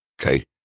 Okay